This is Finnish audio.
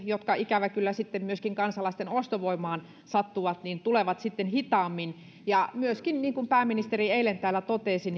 jotka ikävä kyllä myöskin kansalaisten ostovoimaan sattuvat tulevat sitten hitaammin ja myöskin niin kuin pääministeri eilen täällä totesi